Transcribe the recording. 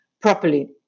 properly